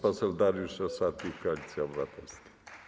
Pan poseł Dariusz Rosati, Koalicja Obywatelska.